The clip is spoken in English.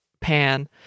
pan